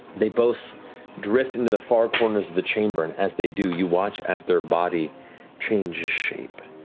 they both drift into the far corners of the chamber, and as they do you watch as their body changes shape.